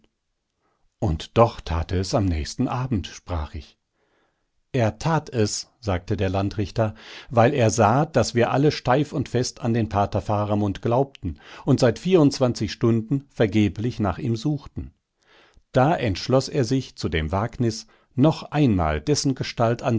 und doch tat er es am nächsten abend sprach ich er tat es sagte der landrichter weil er sah daß wir alle steif und fest an den pater faramund glaubten und seit vierundzwanzig stunden vergeblich nach ihm suchten da entschloß er sich zu dem wagnis noch einmal dessen gestalt